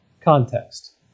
context